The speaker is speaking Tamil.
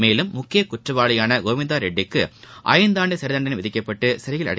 மேலும் முக்கிய குற்றவாளியான கோவிந்தா ரெட்டிக்கு ஐந்தான்டு சிறைதண்டனை விதிக்கப்பட்டு சிறையில் அடைக்கப்பட்டார்